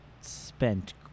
spent